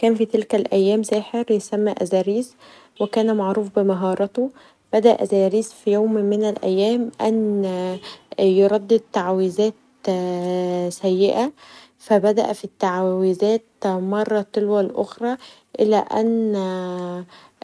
كان في تلك الايام ساحر يسمي ازاريس و كان معروف بمهاراته بدأ ازاريس في يوم من الايام ان يردد تعويذات سيئه فبدا في التعويذات مره تلو الاخره